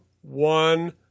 one